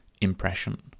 impression